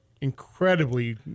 incredibly